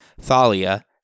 Thalia